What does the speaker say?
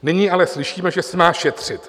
Nyní ale slyšíme, že se má šetřit.